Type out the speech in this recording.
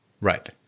Right